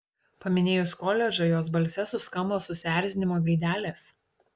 paminėjus koledžą jos balse suskambo susierzinimo gaidelės